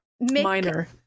minor